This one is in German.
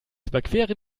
überqueren